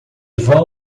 vão